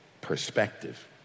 perspective